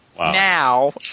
now